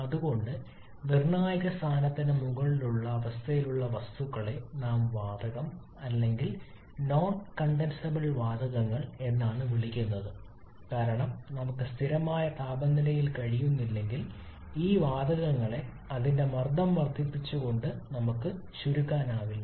അതുകൊണ്ടാണ് നിർണായക സ്ഥാനത്തിന് മുകളിലുള്ള അവസ്ഥയിലുള്ള വസ്തുക്കളെ നാം വാതകം അല്ലെങ്കിൽ നോൺ കണ്ടൻസബിൾ വാതകങ്ങൾ എന്ന് വിളിക്കുന്നത് കാരണം നമുക്ക് സ്ഥിരമായ താപനിലയിൽ കഴിയുന്നില്ലെങ്കിൽ ഈ വാതകങ്ങളെ അതിന്റെ മർദ്ദം വർദ്ധിപ്പിച്ചുകൊണ്ട് നമുക്ക് ചുരുക്കാനാവില്ല